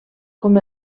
com